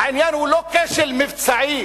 העניין הוא לא כשל מבצעי.